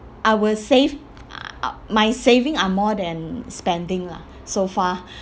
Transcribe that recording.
I will save uh my saving are more than spending lah so far